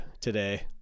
today